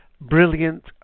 Brilliant